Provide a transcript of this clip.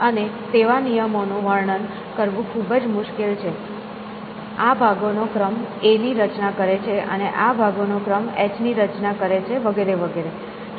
અને તેવા નિયમો નું વર્ણન કરવું ખુબજ મુશ્કેલ છે આ ભાગો નો ક્રમ "A" ની રચના કરે છે અને આ ભાગો નો ક્રમ "H" ની રચના કરે છે વગેરે વગેરે